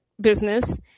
business